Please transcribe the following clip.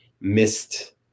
missed